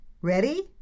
ready